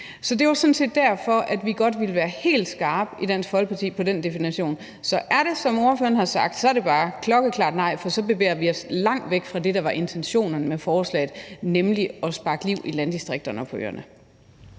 Så det var sådan set derfor, at vi i Dansk Folkeparti godt ville være helt skarpe på den definition. Så hvis det er sådan, som ordføreren har sagt, er det bare et klokkeklart nej, for så bevæger vi os langt væk fra det, der var intentionerne med forslaget, nemlig at sparke liv i landdistrikterne og på øerne.